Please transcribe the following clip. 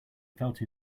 felt